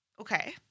Okay